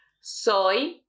Soy